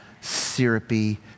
syrupy